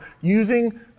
using